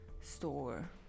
store